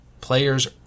players